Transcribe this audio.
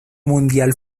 mundial